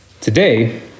Today